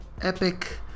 epic